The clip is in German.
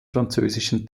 französischen